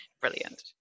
brilliant